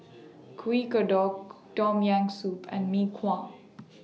Kuih Kodok Tom Yam Soup and Mee Kuah